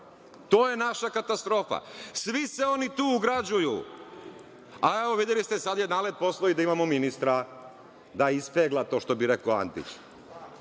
to je naša katastrofa. Svi se oni tu ugrađuju, a evo videli ste, sada je NALED poslao da imamo ministra da ispegla, što bi rekao Antić.